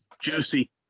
juicy